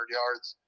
yards